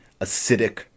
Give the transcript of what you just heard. acidic